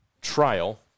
trial